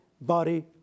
body